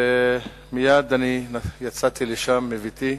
מייד יצאתי לשם מביתי,